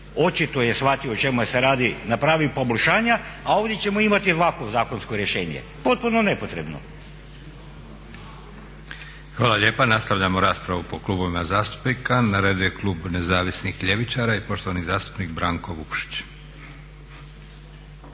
očito je shvatio o čemu se radi napravi poboljšanja, a ovdje ćemo imati ovakvo zakonsko rješenje. potpuno nepotrebno. **Leko, Josip (SDP)** Hvala lijepa. Nastavljamo raspravu po klubovima zastupnika. Na redu je Klub nezavisnih ljevičara i poštovani zastupnik Branko Vukšić.